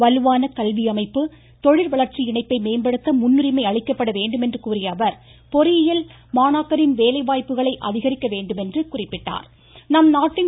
வலுவான கல்வி அமைப்பு தொழில் வளர்ச்சி இணைப்பை மேம்படுத்த முன்னுரிமை அளிக்கப்பட வேண்டும் என்று கூறியஅவர் பொறியியல் மாணாக்கரின் வேலை வாய்ப்புகளை அதிகரிக்க வேண்டும் என்று குறிப்பிட்டார்